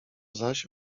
zaś